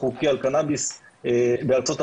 החוקי על קנביס בארה"ב,